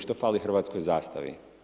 Što fali hrvatskoj zastavi?